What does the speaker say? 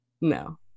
No